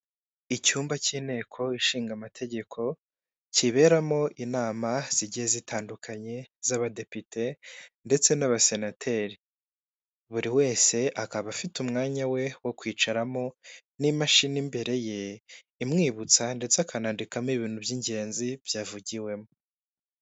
Icyumba cy'inteko ishinga amategeko, kiberamo inama zigiye zitandukanye z'abadepite ndetse n'abasenateri. Buri wese akaba afite umwanya we wo kwicaramo n'imashini imbere ye, imwibutsa ndetse akanandikamo ibintu by'ingenzi byavugiwemo.